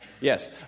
yes